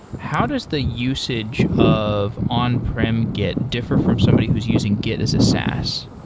how does the usage of on-prem git differ from somebody who's using git as a saas?